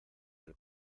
del